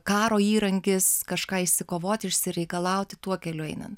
karo įrankis kažką išsikovoti išsireikalauti tuo keliu einant